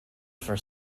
for